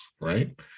right